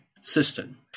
system